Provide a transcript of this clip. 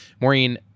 Maureen